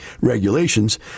regulations